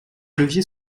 levier